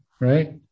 right